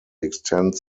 extend